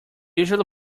usually